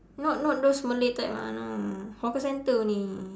not not those malay type [one] no hawker center only